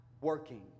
working